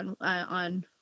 on